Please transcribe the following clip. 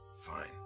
Fine